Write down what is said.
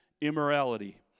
immorality